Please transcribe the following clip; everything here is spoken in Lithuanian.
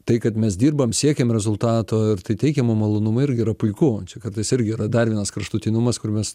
tai kad mes dirbam siekiam rezultato ir tai teikia mum malonumo irgi yra puiku čia kartais irgi yra dar vienas kraštutinumas kur mes